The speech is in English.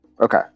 Okay